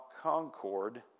concord